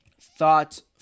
thoughts